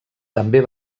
també